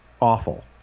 awful